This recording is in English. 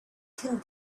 can